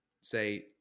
say